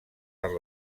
per